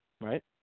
Right